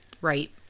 Right